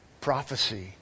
prophecy